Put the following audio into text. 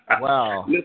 Wow